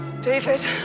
David